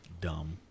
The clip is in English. dumb